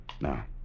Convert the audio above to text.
Now